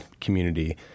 community